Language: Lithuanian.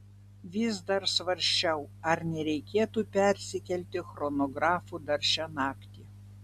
vis dar svarsčiau ar nereikėtų persikelti chronografu dar šią naktį